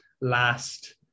last